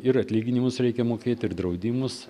ir atlyginimus reikia mokėti ir draudimus